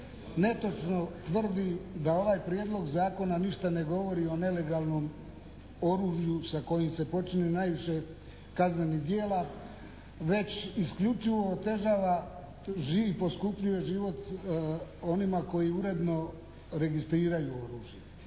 netočno tvrdi da ovaj Prijedlog zakona ništa ne govori o nelegalnom oružju sa kojim se počini kaznenih djela već isključivo otežava, poskupljuje život onima koji uredno registriraju oružje.